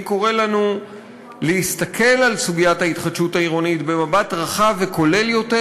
אני קורא לנו להסתכל על סוגיית ההתחדשות העירונית במבט רחב וכולל יותר,